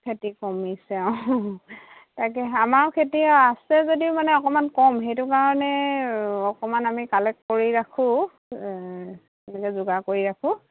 খেতি কমিছে অঁ তাকে আমাৰো খেতি আছে যদিও মানে অকণমান কম সেইটো কাৰণে অকণমান আমি কালেক্ট কৰি ৰাখোঁ তেনেকৈ যোগাৰ কৰি ৰাখোঁ